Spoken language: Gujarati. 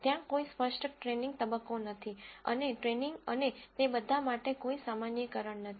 ત્યાં કોઈ સ્પષ્ટ ટ્રેનીંગ તબક્કો નથી અને ટ્રેનીંગ અને તે બધા માટે કોઈ સામાન્યીકરણ નથી